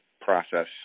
process